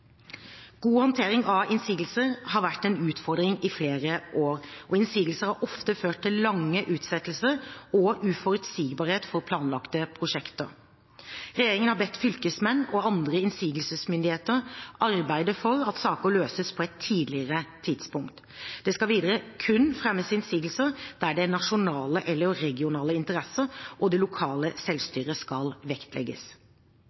God håndtering av innsigelser har vært en utfordring i flere år, og innsigelser har ofte ført til lange utsettelser og uforutsigbarhet for planlagte prosjekter. Regjeringen har bedt fylkesmenn og andre innsigelsesmyndigheter arbeide for at saker løses på et tidligere tidspunkt. Det skal videre kun fremmes innsigelser der det er nasjonale eller regionale interesser, og det lokale selvstyret skal vektlegges.